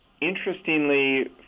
Interestingly